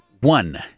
one